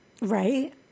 Right